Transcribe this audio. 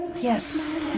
Yes